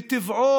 מטבעו,